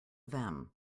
them